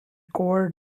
core